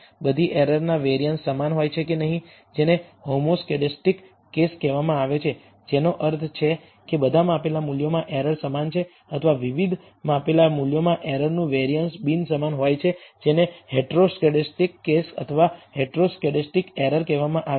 બધી એરરના વેરિઅન્સ સમાન હોય છે કે નહીં જેને હોમોસ્કેડસ્ટિક કેસ કહેવામાં આવે છે જેનો અર્થ છે કે બધા માપેલા મૂલ્યોમાં એરર સમાન હોય છે અથવા વિવિધ માપેલા મૂલ્યોમાં એરરનું વેરિઅન્સ બિન સમાન હોય છે જેને હેટેરોસ્કેડસ્ટિક કેસ અથવા હેટેરોસ્કેડસ્ટિક એરર કહેવામાં આવે છે